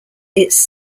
its